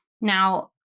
Now